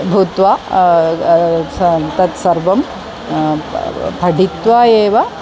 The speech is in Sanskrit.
भूत्वा तत्सर्वं पठित्वा एव